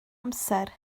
amser